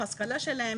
ההשכלה שלהם,